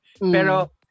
Pero